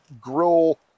grill